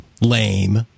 lame